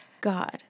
God